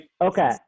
Okay